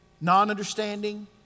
non-understanding